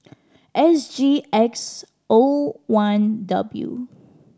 S G X O one W